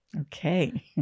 Okay